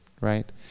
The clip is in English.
right